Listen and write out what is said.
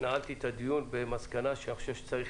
נעלתי את הדיון במסקנה שאני חושב שצריך